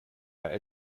bei